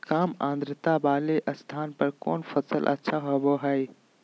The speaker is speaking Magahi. काम आद्रता वाले स्थान पर कौन फसल अच्छा होबो हाई?